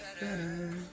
better